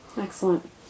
Excellent